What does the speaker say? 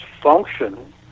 function